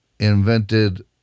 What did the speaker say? invented